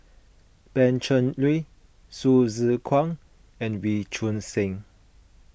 Pan Cheng Lui Hsu Tse Kwang and Wee Choon Seng